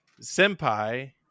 senpai